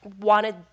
wanted